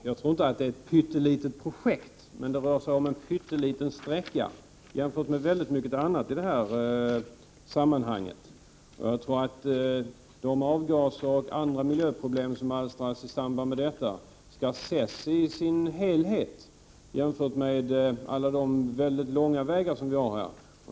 Herr talman! Jag anser inte att det är ett pyttelitet projekt, men det rör sig 30 november 1988 om en pytteliten sträcka jämfört med mycket annat i detta sammanhang. Jag = Äouv.matmn tror att de avgaser o.d. som alstras skall ses som helhet och i förhållande till de långa vägar vi har.